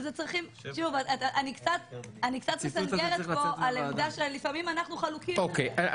אני קצת מסנגרת פה על עמדה שלפעמים אנחנו חלוקים עליה,